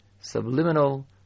subliminal